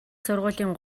сургуулийн